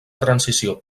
transició